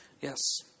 Yes